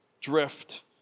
drift